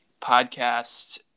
podcast